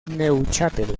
neuchâtel